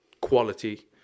quality